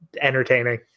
entertaining